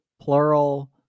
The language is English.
plural